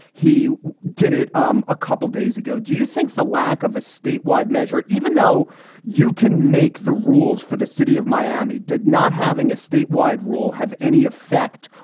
he did it um a couple days ago. do you think the lack of a statewide measure, even though you can make the rules for the city of miami, did not having a statewide rule have any effect,